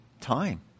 time